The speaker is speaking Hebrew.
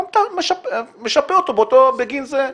אתה משפה אותו בגין זה.